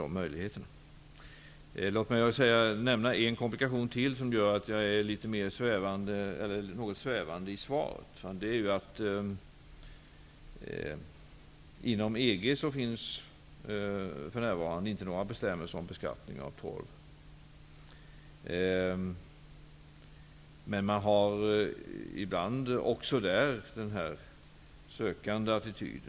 Låt mig nämna ytterligare en komplikation som gör att jag är något svävande i svaret, nämligen att det inom EG för närvarande inte finns några bestämmelser om beskattning av torv. Man har ibland också där en sådan sökande attityd.